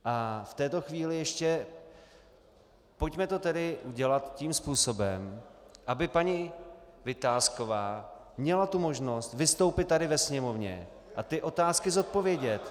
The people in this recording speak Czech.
V této chvíli ještě pojďme to tedy udělat tím způsobem, aby paní Vitásková měla tu možnost vystoupit tady ve Sněmovně a ty otázky zodpovědět.